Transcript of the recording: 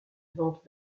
vente